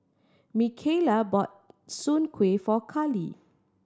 Micaela bought Soon Kueh for Karly